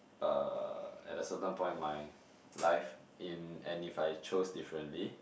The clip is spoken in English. uh at a certain point in my life in and if I chose differently